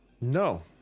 No